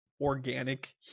organic